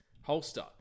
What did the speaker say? holster